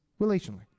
relationally